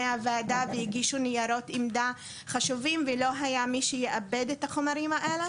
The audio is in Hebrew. הוועדה והגישו ניירות עמדה חשובים ולא מי שיעבד את החומרים האלה,